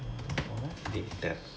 no more Tic Tac